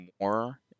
more